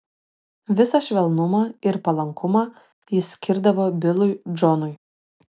visą švelnumą ir palankumą jis skirdavo bilui džonui